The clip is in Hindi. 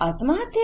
आत्महत्या